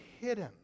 hidden